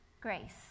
grace